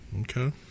Okay